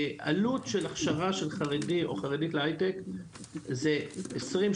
עלות ההכשרה של חרדי או חרדית להיי-טק זה עשרים,